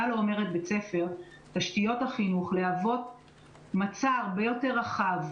לא אומרת בית ספר להוות מצע הרבה יותר רחב,